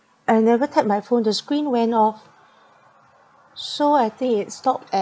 I never tap my phone the screen went off so I think it stopped at